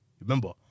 Remember